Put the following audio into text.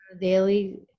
daily